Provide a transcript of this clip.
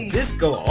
Disco